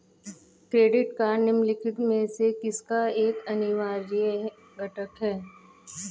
Credit card निम्नलिखित में से किसका एक अनिवार्य घटक है?